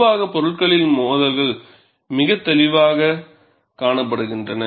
பொதுவாக பொருட்களில் மோதல்கள் மிகத் தெளிவாகக் காணப்படுகின்றன